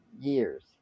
years